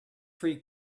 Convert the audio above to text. free